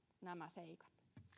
nämä seikat